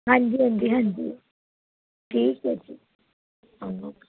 ਹਾਂਜੀ ਹਾਂਜੀ ਹਾਂਜੀ ਠੀਕ ਹੈ ਜੀ ਓਕੇ